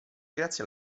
grazia